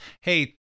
Hey